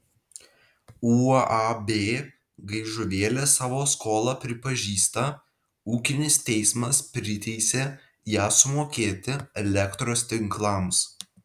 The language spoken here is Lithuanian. uab gaižuvėlė savo skolą pripažįsta ūkinis teismas priteisė ją sumokėti elektros tinklams